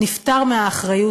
נפטר מהאחריות,